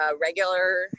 regular